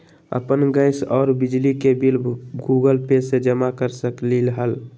अपन गैस और बिजली के बिल गूगल पे से जमा कर सकलीहल?